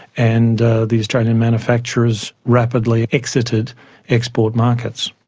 and the australian manufacturers rapidly exited export markets.